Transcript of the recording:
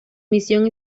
misión